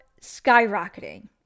skyrocketing